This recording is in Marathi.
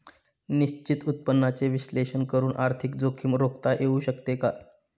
निश्चित उत्पन्नाचे विश्लेषण करून आर्थिक जोखीम रोखता येऊ शकते का?